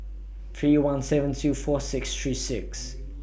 three one seven two four six three six